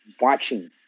watching